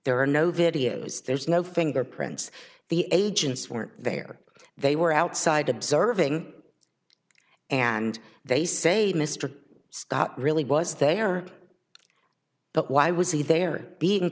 there are no videos there's no fingerprints the agents weren't there they were outside observing and they say mr scott really was there but why was he there being